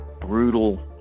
brutal